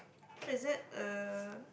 what is that uh